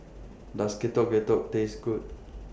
Does Getuk Getuk Taste Good